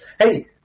Hey